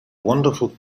wonderful